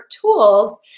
tools